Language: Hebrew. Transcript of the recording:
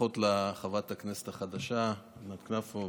ברכות לחברת הכנסת החדשה ענת כנפו.